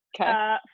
Okay